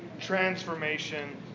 transformation